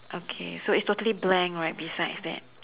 okay so it's totally blank right besides that